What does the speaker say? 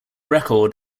record